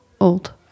old